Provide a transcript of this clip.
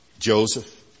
Joseph